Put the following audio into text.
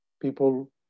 People